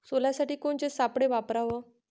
सोल्यासाठी कोनचे सापळे वापराव?